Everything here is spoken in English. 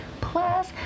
Plus